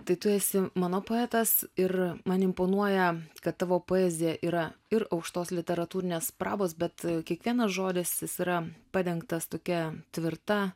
tai tu esi mano poetas ir man imponuoja kad tavo poezija yra ir aukštos literatūrinės prabos bet kiekvienas žodis jis yra padengtas tokia tvirta